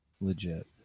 legit